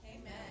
Amen